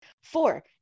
Four